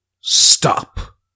Stop